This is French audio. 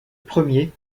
premier